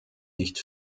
nicht